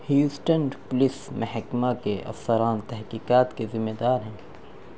ہیوسٹنٹ police محکمہ کے افسران تحقیقات کے ذمہ دار ہیں